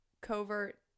covert